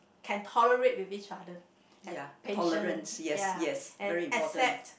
can tolerate with each other have passion ya and accept